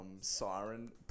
siren